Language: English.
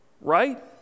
Right